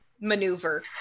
maneuver